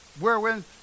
wherewith